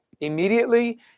immediately